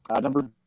Number